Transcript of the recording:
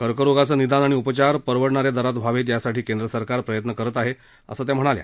कर्करोगाचं निदान आणि उपचार परवडणा या दरात व्हावेत यासाठी केंद्रसरकार प्रयत्न करत आहे असं त्या म्हणाल्या